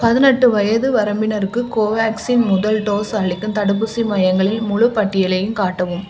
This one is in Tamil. பதினெட்டு வயது வரம்பினருக்கு கோவேக்சின் முதல் டோஸ் அளிக்கும் தடுப்பூசி மையங்களின் முழுப் பட்டியலையும் காட்டவும்